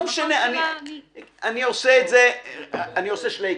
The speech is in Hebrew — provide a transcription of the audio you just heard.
אני עושה שלייקעס.